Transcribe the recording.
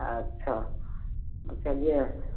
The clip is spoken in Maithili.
अच्छा बुझलिए